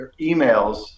emails